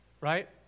right